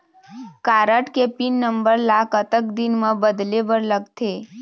Card के pin number ला कतक दिन म बदले बर लगथे?